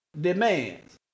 demands